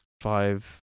five